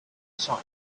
site